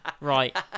right